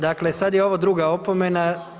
Dakle, sad je ovo druga opomena.